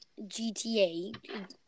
GTA